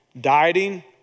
dieting